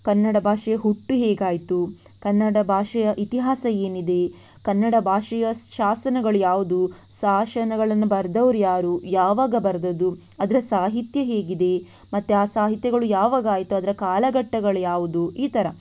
ಕನ್ನಡ ಭಾಷೆಯ ಹುಟ್ಟು ಹೇಗಾಯಿತು ಕನ್ನಡ ಭಾಷೆಯ ಇತಿಹಾಸ ಏನಿದೆ ಕನ್ನಡ ಭಾಷೆಯ ಶಾಸನಗಳು ಯಾವುದು ಶಾಸನಗಳನ್ನು ಬರೆದವರು ಯಾರು ಯಾವಾಗ ಬರೆದದ್ದು ಅದರ ಸಾಹಿತ್ಯ ಹೇಗಿದೆ ಮತ್ತು ಆ ಸಾಹಿತ್ಯಗಳು ಯಾವಾಗ ಆಯಿತು ಅದರ ಕಾಲಘಟ್ಟಗಳು ಯಾವುದು ಈ ಥರ